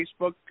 Facebook